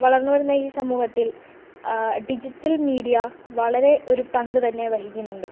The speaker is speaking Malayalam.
വളർന്നു വരുന്ന ഈ സമൂഹത്തിൽ ഡിജിറ്റൽ മീഡിയ വളരെ ഒരു പങ്ക് തന്നെ വഹിക്കുന്നുണ്ട്